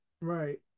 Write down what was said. Right